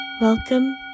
Welcome